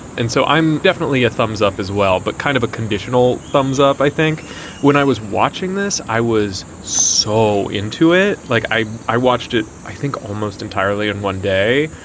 and so i'm definitely a thumbs up as well, but kind of a conditional thumbs up. i think when i was watching this, i was so into it, like i i watched it, i think almost entirely. and one day,